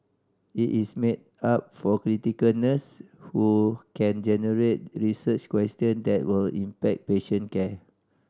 it is made up of clinical nurses who can generate research question that will impact patient care